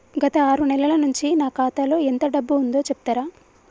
గత ఆరు నెలల నుంచి నా ఖాతా లో ఎంత డబ్బు ఉందో చెప్తరా?